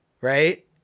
right